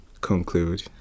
conclude